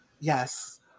Yes